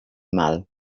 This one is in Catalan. mal